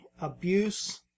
abuse